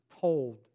told